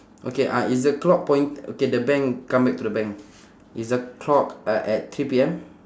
okay uh is the clock point~ okay the bank come back to the bank is the clock uh at three P_M